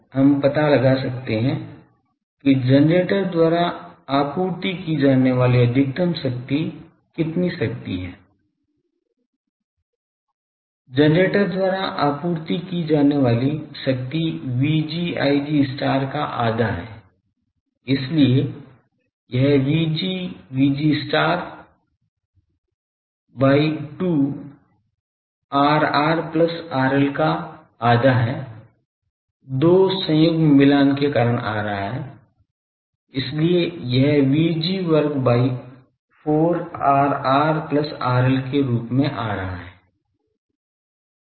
तो हम यह भी पता लगा सकते हैं कि जनरेटर द्वारा आपूर्ति की जाने वाली अधिकतम शक्ति कितनी शक्ति है जनरेटर द्वारा आपूर्ति की जाने वाली शक्ति Vg Ig का आधा है इसलिए यह Vg Vg by 2 Rr plus RL का आधा है 2 संयुग्म मिलान के कारण आ रहा है इसलिए यह Vg वर्ग by 4 Rr plus RL के रूप में आ रहा है